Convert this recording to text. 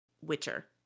Witcher